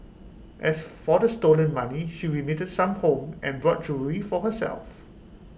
as for the stolen money she remitted some home and bought jewellery for herself